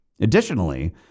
Additionally